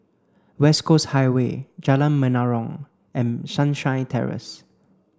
West Coast Highway Jalan Menarong and Sunshine Terrace